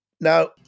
Now